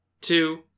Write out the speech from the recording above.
two